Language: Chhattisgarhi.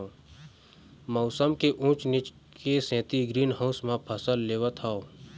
मउसम के ऊँच नीच के सेती ग्रीन हाउस म फसल लेवत हँव